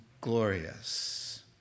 glorious